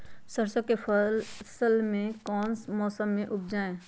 सरसों की फसल कौन से मौसम में उपजाए?